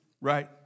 right